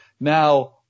now